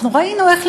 אנחנו ראינו איך,